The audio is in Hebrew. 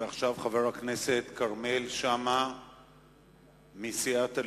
ועכשיו, חבר הכנסת כרמל שאמה מסיעת הליכוד.